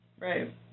Right